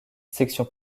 section